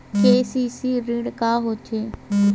KCC ऋण का होथे?